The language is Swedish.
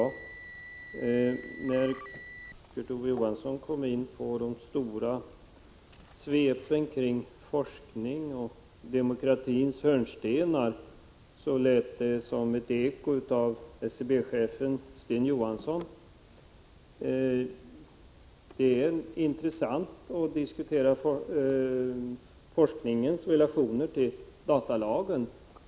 ning av datafrågor När Kurt Ove Johansson kom in på de stora svepen kring forskningen och demokratins hörnstenar, lät det som ett eko av SCB-chefen Sten Johansson. Det är intressant att diskutera forskningens relationer till datalagen.